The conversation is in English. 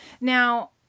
Now